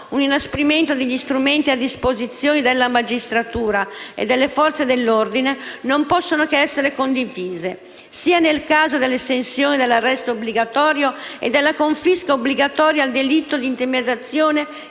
un inasprimento degli strumenti a disposizione della magistratura e delle Forze dell'ordine non possono che essere condivise, sia nel caso dell'estensione dell'arresto obbligatorio e della confisca obbligatoria al delitto di intermediazione